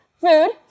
food